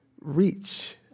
reach